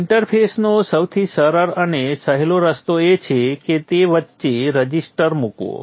ઇન્ટરફેસનો સૌથી સરળ અને સહેલો રસ્તો એ છે કે વચ્ચે રઝિસ્ટર મૂકવો